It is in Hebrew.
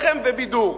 לחם ובידור.